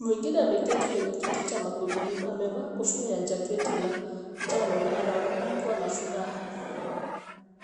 Mwingine ameketi kwenye kiti cha magurudumu, amevaa kofia ya jaketi la njano na anaonekana kuwa na furaha.